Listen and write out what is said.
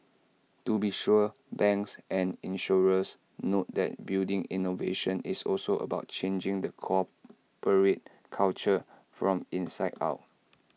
to be sure banks and insurers note that building innovation is also about changing the corporate culture from inside out